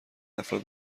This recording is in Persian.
افراد